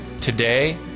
Today